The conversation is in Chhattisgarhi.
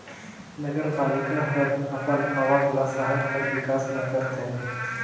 नगरपालिका हर अपन आवक ल सहर कर बिकास में करथे